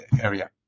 area